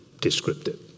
descriptive